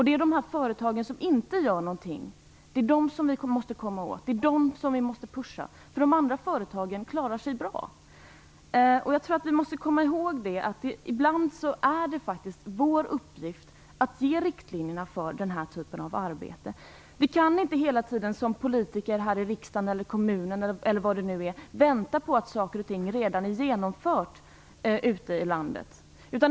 Det är de företagen vi måste komma åt. De andra klarar sig bra. Vi måste komma ihåg att det ibland faktiskt är vår uppgift att ge den typen av riktlinjer. Som politiker i riksdag eller kommun kan vi inte hela tiden vänta på att saker genomförs ute i landet.